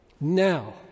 Now